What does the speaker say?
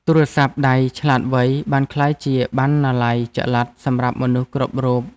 ទូរស័ព្ទដៃឆ្លាតវៃ បានក្លាយជាបណ្ណាល័យចល័តសម្រាប់មនុស្សគ្រប់រូប។